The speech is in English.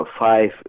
five